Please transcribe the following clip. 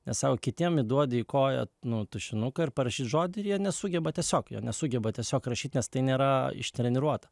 ne sako kitiem įduodi į koją nu tušinuką ir parašyt žodį ir jie nesugeba tiesiog jie nesugeba tiesiog rašyt nes tai nėra ištreniruota